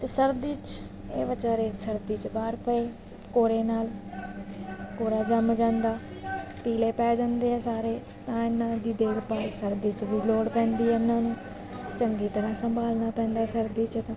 ਅਤੇ ਸਰਦੀ 'ਚ ਇਹ ਵਿਚਾਰੇ ਸਰਦੀ 'ਚ ਬਾਹਰ ਪਏ ਕੋਰੇ ਨਾਲ ਕੋਰਾ ਜੰਮ ਜਾਂਦਾ ਪੀਲੇ ਪੈ ਜਾਂਦੇ ਆ ਸਾਰੇ ਤਾਂ ਇਹਨਾਂ ਦੀ ਦੇਖ ਭਾਲ ਸਰਦੀ 'ਚ ਵੀ ਲੋੜ ਪੈਂਦੀ ਹੈ ਇਹਨਾਂ ਨੂੰ ਚੰਗੀ ਤਰ੍ਹਾਂ ਸੰਭਾਲਣਾ ਪੈਂਦਾ ਸਰਦੀ 'ਚ ਤਾਂ